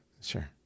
sure